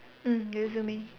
mm resume